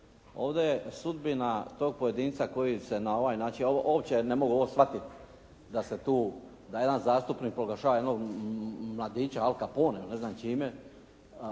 Ovdje je sudbina tog pojedinca koji se na ovaj način, uopće ne mogu ovo shvatiti da se tu, da jedan zastupnik proglašava jednog mladića Al Capone-om ne znam čime.